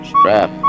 strap